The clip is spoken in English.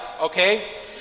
okay